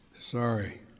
Sorry